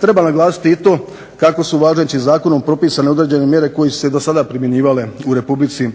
Treba naglasiti i to kako su važećim zakonom propisane određene mjere koje su se do sada primjenjivale u Republici